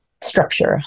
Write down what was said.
structure